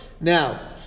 Now